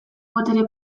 botere